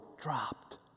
dropped